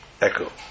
Echo